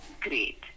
Great